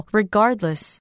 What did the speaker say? regardless